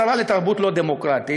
השרה לתרבות לא דמוקרטית: